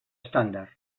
estàndard